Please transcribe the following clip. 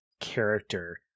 character